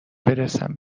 برسم